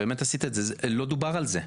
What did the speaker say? לא דובר על זה.